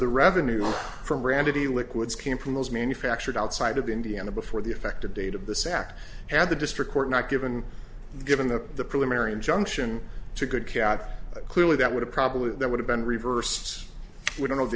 the revenue from randy liquids came from those manufactured outside of indiana before the effective date of the sack and the district court not given given the the preliminary injunction to good care out clearly that would have probably there would have been reverse we don't